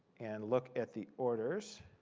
and look at the orders,